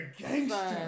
gangster